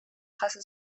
jaso